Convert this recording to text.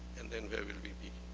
and then where will we be?